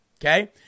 Okay